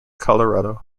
colorado